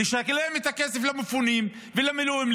נשלם את הכסף למפונים ולמילואימניקים.